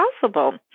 possible